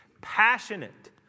passionate